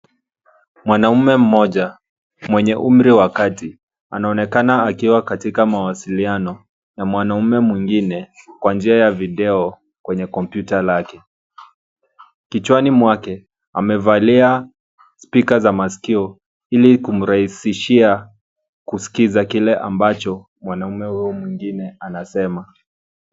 Mwanaume mmoja mwenye umri wa kati anaonekana akiwa katika mawasiliano ya mwanamume mwingine kwa njia ya video kwenye kompyuta lake. Kichwani mwake amevalia spika za masikio ili kumrahisishia kusikiza kile ambacho mwanaume huyo mwingine anasema.